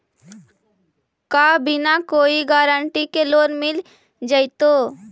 का बिना कोई गारंटी के लोन मिल जीईतै?